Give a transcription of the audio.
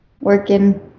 working